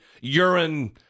urine